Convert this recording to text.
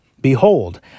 Behold